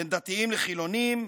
בין דתיים לחילונים,